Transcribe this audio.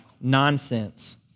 nonsense